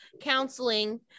counseling